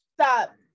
Stop